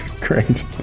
Great